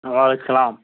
وعلیکُم سلام